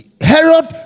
Herod